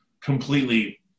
completely